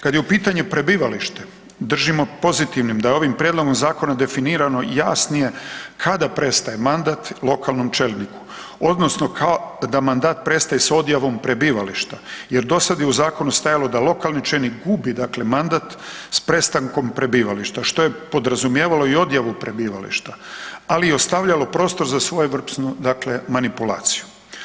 Kad je u pitanju prebivalište, držimo pozitivnim da je ovim prijedlogom zakona definirano jasnije kada prestaje mandat lokalnom čelniku, odnosno kao da mandat prestaje s odjavom prebivališta jer dosad je u zakonu stajalo da lokalni čelnik gubi dakle mandat s prestankom prebivališta, što je podrazumijevalo i odjavu prebivališta, ali i ostavljalo prostor za svojevrsno dakle manipulaciju.